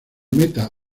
meta